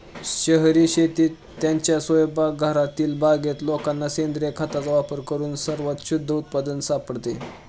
शहरी शेतीत, त्यांच्या स्वयंपाकघरातील बागेत लोकांना सेंद्रिय खताचा वापर करून सर्वात शुद्ध उत्पादन सापडते